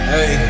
Hey